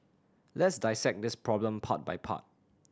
let's dissect this problem part by part